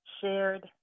shared